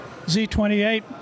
Z28